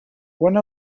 one